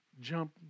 jump